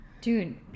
Dude